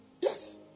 Yes